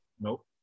Nope